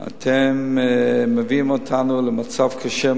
אתם מביאים אותנו למצב קשה מאוד.